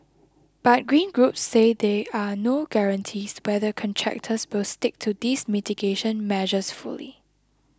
but green groups say there are no guarantees whether contractors will stick to these mitigation measures fully